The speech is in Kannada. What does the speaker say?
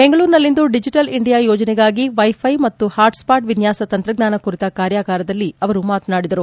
ಬೆಂಗಳೂರಿನಲ್ಲಿಂದು ದಿಜಿಟಲ್ ಇಂಡಿಯಾ ಯೋಜನೆಗಾಗಿ ವೈ ಫೈ ಮತ್ತು ಹಾಟ್ಸ್ವಾಟ್ ವಿನ್ಯಾಸ ತಂತ್ರಜ್ಞಾನ ಕುರಿತ ಕಾರ್ಯಾಗಾರದಲ್ಲಿ ಅವರು ಮಾತನಾಡಿದರು